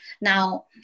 Now